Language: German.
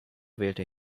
wählte